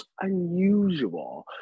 unusual